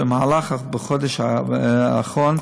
במהלך החודש האחרון,